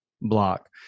block